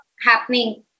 happening